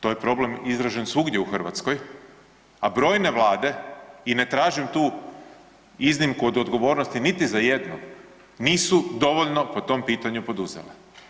To je problem izražen svugdje u Hrvatskoj, a brojne vlade i ne tražim tu iznimku od odgovornosti niti za jedno nisu dovoljno po tom pitanju poduzele.